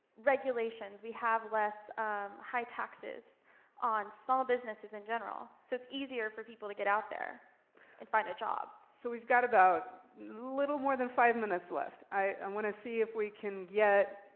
regulations. we have less high taxes on small businesses in general. so it's easier for people to get out there and find a job. so we've got about little more than five minutes left. i um wanna see if we can get,